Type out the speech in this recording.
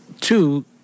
two